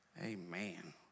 amen